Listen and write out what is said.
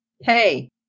Hey